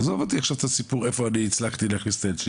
עזוב אותי עכשיו את הסיפור איפה אני הצלחתי להכניס את הילד שלי,